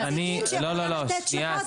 שישלחו נציגים שיכולים לתת תשובות,